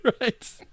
right